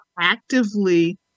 actively